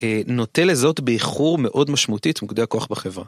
נוטה לזהות באיחור מאוד משמעותי את מוקדי הכוח בחברה.